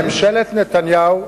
ממשלת נתניהו,